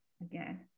again